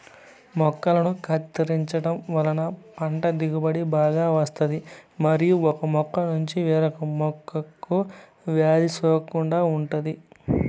మొక్కలను కత్తిరించడం వలన పంట దిగుబడి బాగా వస్తాది మరియు ఒక మొక్క నుంచి మరొక మొక్కకు వ్యాధి సోకకుండా ఉంటాది